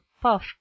puff